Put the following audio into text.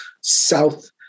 south